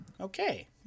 Okay